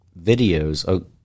videos